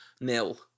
nil